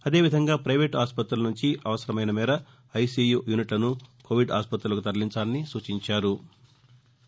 అదేవిధంగా పైవేటు ఆసుపత్రుల నుంచి అవసరమైన మేర ఐసీయు యూనిట్లను కొవిడ్ ఆసుపుతులకు తరలించాలని సూచించారు